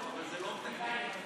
חוק ומשפט נתקבלה.